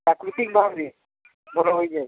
ପ୍ରାକୃତିକ ଭାବରେ ବଡ଼ ହୋଇଯଏ